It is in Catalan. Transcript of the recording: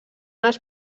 els